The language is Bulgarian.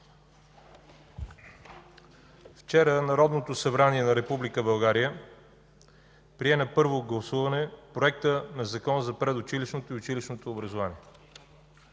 Вчера Народното събрание на Република България прие на първо гласуване Проекта на Закон за предучилищното и училищното образование.